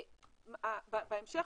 בהמשך,